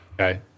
Okay